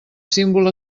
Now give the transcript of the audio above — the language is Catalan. símbol